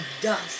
dust